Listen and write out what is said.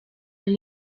ari